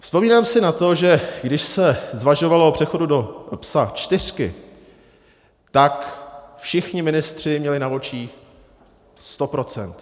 Vzpomínám si na to, že když se zvažovalo o přechodu do PES 4, tak všichni ministři měli na očích 100 %.